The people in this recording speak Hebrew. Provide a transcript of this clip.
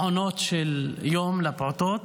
מעונות יום לפעוטות.